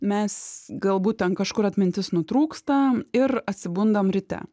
mes galbūt ten kažkur atmintis nutrūksta ir atsibundam ryte